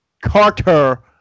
Carter